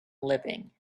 living